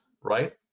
right